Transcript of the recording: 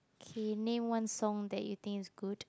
okay name one song that you think is good